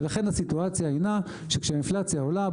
ולכן הסיטואציה הינה שכשהאינפלציה עולה,